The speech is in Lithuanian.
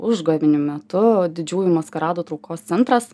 užgavėnių metu didžiųjų maskaradų traukos centras